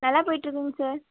நல்லா போயிட் இருக்குங்க சார்